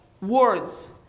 words